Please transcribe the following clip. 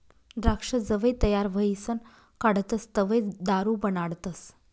द्राक्ष जवंय तयार व्हयीसन काढतस तवंय दारू बनाडतस